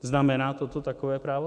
Znamená to takové právo?